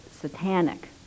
satanic